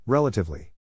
Relatively